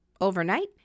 overnight